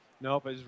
Nope